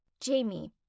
Jamie